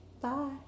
Bye